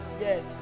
Yes